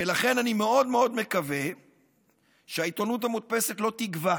ולכן אני מאוד מאוד מקווה שהעיתונות המודפסת לא תגווע.